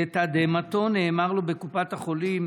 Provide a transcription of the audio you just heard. לתדהמתו נאמר לו בקופת החולים